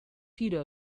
tiro